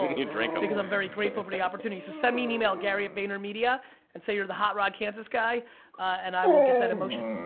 you drink em. because i'm very grateful for the opportunity, so send me an email, gary vaynermedia and say you're the hot rod kansas guy and i will get that emotion.